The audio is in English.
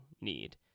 need